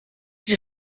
die